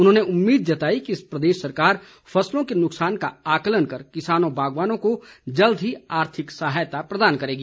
उन्होंने उम्मीद जताई कि प्रदेश सरकार फसलों के नुकसान का आकलन कर किसानों बागवानों को जल्द ही आर्थिक सहायता प्रदान करेगी